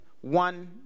one